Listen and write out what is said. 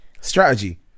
strategy